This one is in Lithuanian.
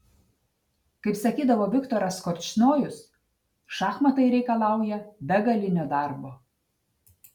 kaip sakydavo viktoras korčnojus šachmatai reikalauja begalinio darbo